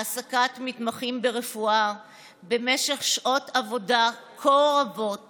העסקת מתמחים ברפואה במשך שעות עבודה כה רבות